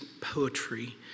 poetry